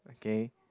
okay